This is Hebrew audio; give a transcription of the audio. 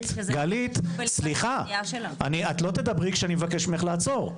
את לא תדברי כשאני מבקש ממך לעצור.